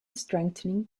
strengthening